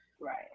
right